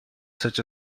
such